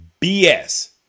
BS